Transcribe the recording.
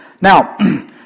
Now